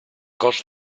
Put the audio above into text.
cos